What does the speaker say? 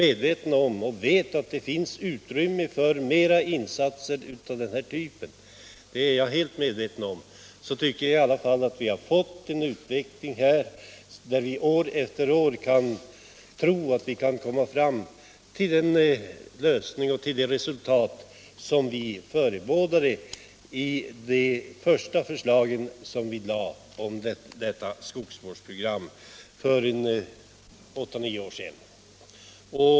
Även om det finns utrymme för fler insatser av denna typ — det är jag helt medveten om -— tycker jag i alla fall att vi får en utveckling här som gör att vi år efter år kan tro att vi kan komma fram till det resultat som vi förebådade i de första förslagen om detta skogsvårdsprogram, som vi lade fram för åtta nio år sedan.